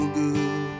good